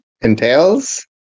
entails